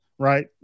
Right